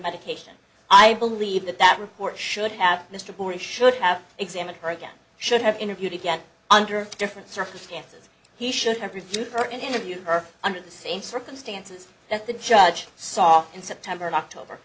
medication i believe that that report should have mr bora should have examined her again should have interviewed again under different circumstances he should have reviewed for and interviewed her under the same circumstances that the judge saw in september and october